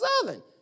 Southern